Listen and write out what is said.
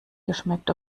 geschmeckt